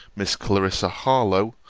miss clarissa harlowe,